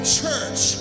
church